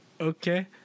okay